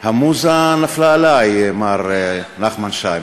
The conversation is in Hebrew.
המוזה נפלה עלי, מר נחמן שי.